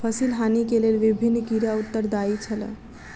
फसिल हानि के लेल विभिन्न कीड़ा उत्तरदायी छल